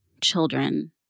children